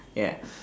ya